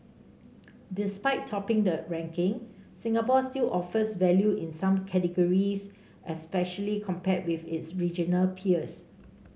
despite topping the ranking Singapore still offers value in some categories especially compared with its regional peers